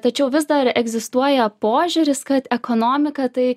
tačiau vis dar egzistuoja požiūris kad ekonomika tai